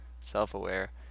self-aware